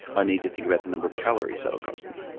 i need to think about the number of calories that'll cost me,